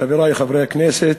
חברי חברי הכנסת,